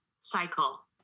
cycle